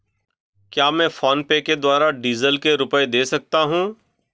क्या मैं फोनपे के द्वारा डीज़ल के रुपए दे सकता हूं?